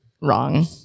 wrong